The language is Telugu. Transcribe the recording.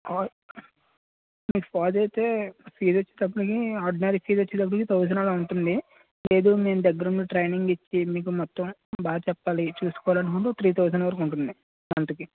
ఆర్ మీకు ఫీజ్ఐతే ఫీజ్ వచ్చేటప్పుడికి ఆర్డినరీ ఫీస్ వచ్చేటప్పుడికి థౌసండ్ అలా ఉంటుంది లేదు మెం దగ్గరుండి ట్రైనింగ్ ఇచ్చి మీకు మొత్తం బాగా చెప్పాలి చూస్కోవాలి అనుకుంటే త్రీ థౌసండ్ వరకు ఉంటుంది మంత్కి